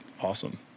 awesome